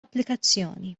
applikazzjoni